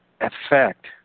effect